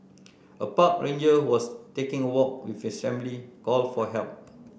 a park ranger who was taking a walk with his family called for help